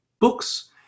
books